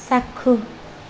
চাক্ষুষ